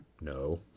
No